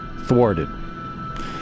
thwarted